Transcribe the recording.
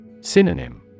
Synonym